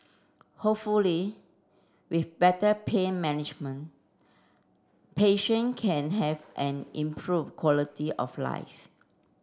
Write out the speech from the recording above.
hopefully with better pain management patient can have an improved quality of life